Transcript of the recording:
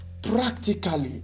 practically